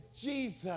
Jesus